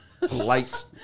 Light